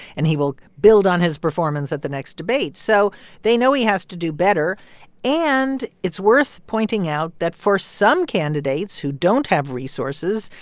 and he will build on his performance at the next debate. so they know he has to do better and it's worth pointing out that for some candidates who don't have resources,